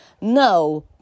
No